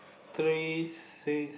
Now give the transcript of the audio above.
three six